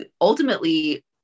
ultimately